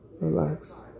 Relax